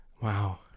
wow